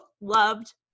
loved